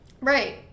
Right